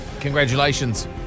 Congratulations